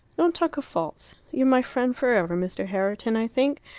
don't talk of faults. you're my friend for ever, mr. herriton, i think.